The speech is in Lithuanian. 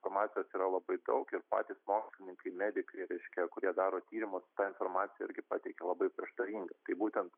informacijos yra labai daug ir patys mokslininkai medikai reiškia kurie daro tyrimus tą informaciją irgi pateikia labai prieštaringai tai būtent